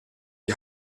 die